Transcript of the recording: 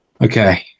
Okay